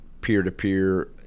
peer-to-peer